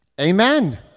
Amen